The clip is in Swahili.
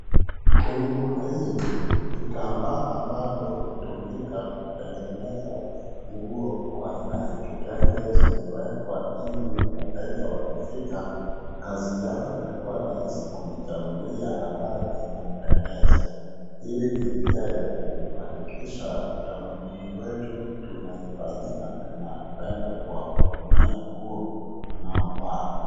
Kwenye duka hili, vitambaa ambalo hutumika kutengeneza nguo aina ya kitenge zimewekwa ili wateja wakifika, kazi yao itakuwa rahisi kujichagulia ambayo inampendeza. Hii ni njia ya kuhakikisha utamaduni wetu tunahifadhi na tunapendwa kwa kutumia nguo tunaovaa.